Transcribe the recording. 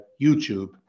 YouTube